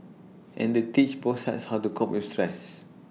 and they teach both sides how to cope with stress